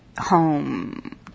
home